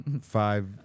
five